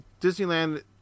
Disneyland